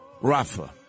Rafa